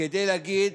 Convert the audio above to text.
כדי להגיד: